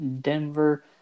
Denver